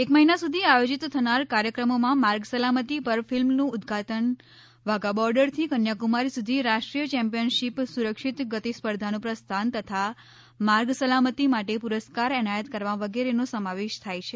એક મહિના સુધી આયોજીત થનાર કાર્યક્રમોમાં માર્ગ સલામતી પર ફિલ્મનું ઉદઘાટન વાઘા બોર્ડરથી કન્યાકુમારી સુધી રાષ્ટ્રીય ચેમ્પયનશીપ સુરક્ષિત ગતિ સ્પર્ધાનું પ્રસ્થાન તથા માર્ગ સલામતી માટે પુરસ્કાર એનાયત કરવા વગેરેનો સમાવેશ થાય છે